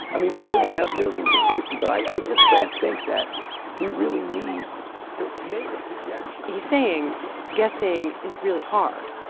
i mean, we're we're going to have millions of cases, but i just don't think that we really need to make a projection he's saying guessing is really hard,